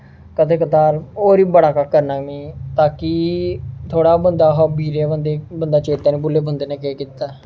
कदें कदार होर बी बड़ा कम्म करना में ताकि थोह्ड़ा बंदा हॉबी जे बंदा चेता नेईं भुल्ले बंदे ने केह् कीता